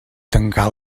tancar